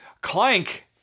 Clank